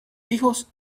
hijos